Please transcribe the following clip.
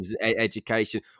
education